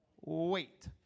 Wait